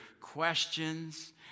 questions